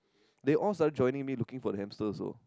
they all started joining me looking for the hamster also